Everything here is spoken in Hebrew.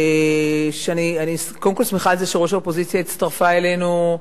אני שמחה על זה שראש האופוזיציה הצטרפה אלינו,